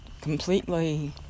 completely